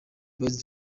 boyz